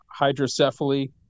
hydrocephaly